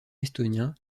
estonien